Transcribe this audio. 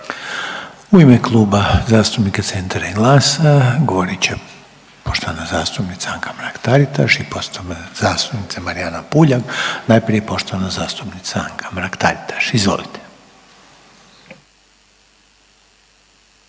U ime Kluba zastupnika CENTRA i GLAS-a govorit će poštovana zastupnica Anka Mrak-Taritaš i poštovana zastupnica Marijana Puljak. Najprije poštovana zastupnica Anka Mrak-Taritaš, izvolite.